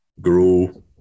grow